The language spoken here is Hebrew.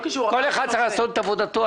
כל אחד צריך לעשות את עבודתו.